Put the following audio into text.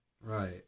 Right